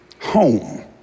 home